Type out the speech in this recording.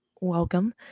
welcome